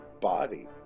body